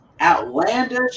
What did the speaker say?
Outlandish